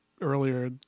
earlier